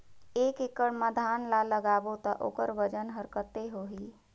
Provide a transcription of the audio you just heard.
एक एकड़ मा धान ला लगाबो ता ओकर वजन हर कते होही?